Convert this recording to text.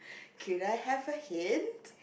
could I have a hint